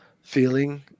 feeling